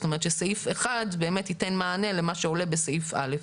זאת אומרת שסעיף 1 באמת ייתן מענה למה שעולה בסעיף (א).